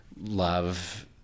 love